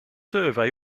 survey